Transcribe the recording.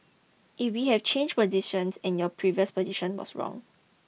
if we have changed position and your previous position was wrong